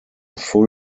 full